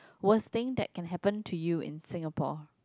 worst thing that can happen to you in Singapore